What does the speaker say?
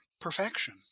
perfection